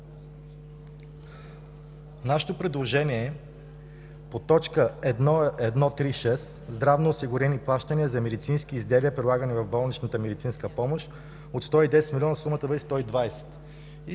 нашето предложение по т. 1.1.3.6. „здравноосигурителни плащания за медицински изделия, прилагани в болничната медицинска помощ“, е от 110 млн. лв. сумата да